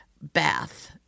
bath –